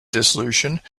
dissolution